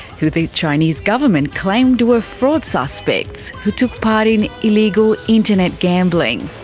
who the chinese government claimed were fraud suspects who took part in illegal internet gambling.